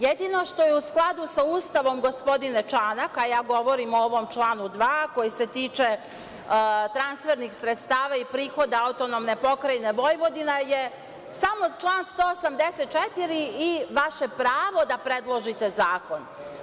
Jedino što je u skladu sa Ustavom gospodine Čanaka, a ja govorim o ovom članu 2. koji se tiče transfernih sredstava i prihoda AP Vojvodina, je samo član 184. i vaše pravo da predložite zakon.